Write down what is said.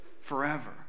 forever